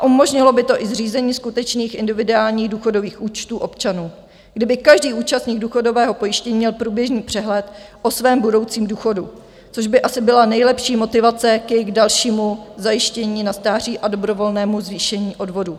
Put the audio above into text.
Umožnilo by to i zřízení skutečných individuálních důchodových účtů občanů, kdy by každý účastník důchodového pojištění měl průběžný přehled o svém budoucím důchodu, což by asi byla nejlepší motivace k jejich dalšímu zajištění na stáří a dobrovolnému zvýšení odvodů.